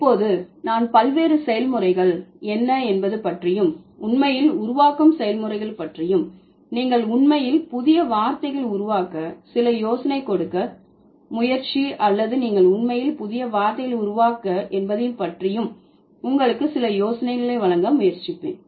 இப்போது நான் பல்வேறு செயல்முறைகள் என்ன என்பது பற்றியும் உண்மையில் உருவாக்கும் செயல்முறைகள் பற்றியும் நீங்கள் உண்மையில் புதிய வார்த்தைகள் உருவாக்க சில யோசனை கொடுக்க முயற்சி அல்லது நீங்கள் உண்மையில் புதிய வார்த்தைகள் உருவாக்க என்பதையும் பற்றி உங்களுக்கு சில யோசனைகளை வழங்க முயற்சிப்பேன்